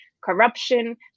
corruption